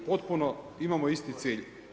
Potpuno imamo isti cilj.